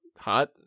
Hot